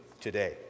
today